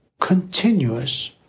continuous